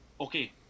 okay